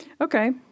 Okay